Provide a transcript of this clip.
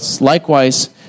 Likewise